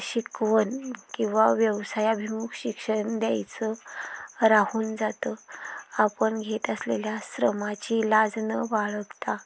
शिकवण किंवा व्यवसायाभिमुख शिक्षण द्यायचं राहून जातं आपण घेत असलेल्या श्रमाची लाज न बाळगता